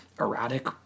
erratic